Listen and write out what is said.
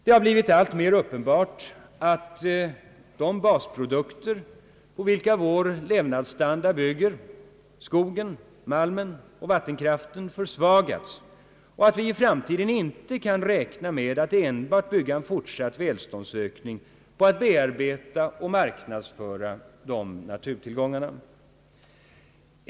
Det har blivit allt mer uppenbart att de basprodukter på vilka vår levnadsstandard bygger — skogen, malmen, och vattenkraften — försvagats och att vi i framtiden inte kan räkna med att enbart bygga en fortsatt välståndsökning på att bearbeta och marknadsföra dessa naturtillgångar.